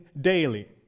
daily